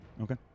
Okay